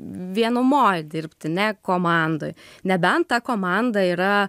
vienumoj dirbti ne komandoj nebent ta komanda yra